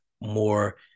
more